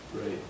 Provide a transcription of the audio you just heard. Right